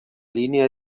línia